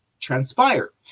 Transpire